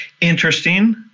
interesting